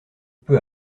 peu